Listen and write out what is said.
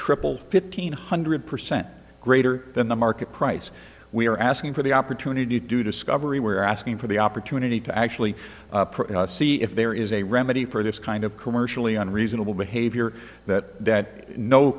triple fifteen hundred percent greater than the market price we are asking for the opportunity to do discovery we're asking for the opportunity to actually see if there is a remedy for this kind of commercially unreasonable behavior that